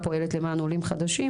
אני פועלת למען עולים חדשים,